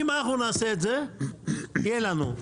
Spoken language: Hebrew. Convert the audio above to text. אם אנחנו נעשה את זה, יהיה לנו.